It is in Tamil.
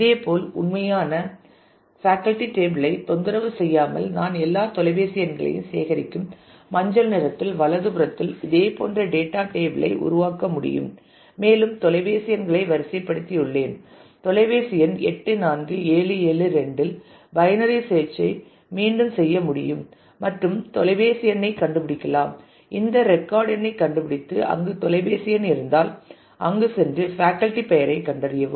இதேபோல் உண்மையான ஃபேக்கல்டி டேபிள் ஐ தொந்தரவு செய்யாமல் நான் எல்லா தொலைபேசி எண்களையும் சேகரிக்கும் மஞ்சள் நிறத்தில் வலதுபுறத்தில் இதேபோன்ற டேட்டா டேபிள் ஐ உருவாக்க முடியும் மேலும் தொலைபேசி எண்களை வரிசைப்படுத்தியுள்ளேன் தொலைபேசி எண் 84772 இல் பைனரி சேர்ச் ஐ மீண்டும் செய்ய முடியும் மற்றும் தொலைபேசி எண்ணைக் கண்டுபிடிக்கலாம் இந்த ரெக்கார்ட் எண்ணைக் கண்டுபிடித்து அங்கு தொலைபேசி எண் இருந்தால் அங்கு சென்று ஃபேக்கல்டி பெயரைக் கண்டறியவும்